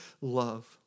love